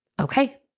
okay